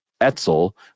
Etzel